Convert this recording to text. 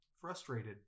frustrated